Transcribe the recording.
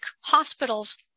hospitals